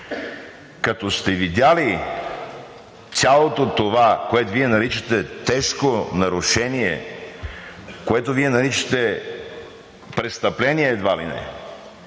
като сте видели цялото това, което Вие, наричате тежко нарушение, което Вие наричате престъпление едва ли не,